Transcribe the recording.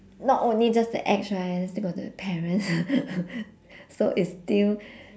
not only just the ex right then still got the parents so it's still